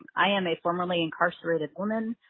i am a formerly-incarcerated woman.